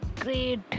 great